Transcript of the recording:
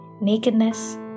Nakedness